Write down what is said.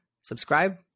subscribe